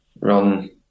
run